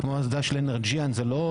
כמו